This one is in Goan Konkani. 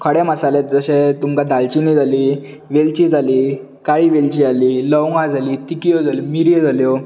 खडे मसाले जशें तुमकां दालचिनी जाली वेलची जाली काळी वेलची जाली लवंगा जाली तिखयो जाल्यो मिरयो जाल्यो